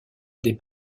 des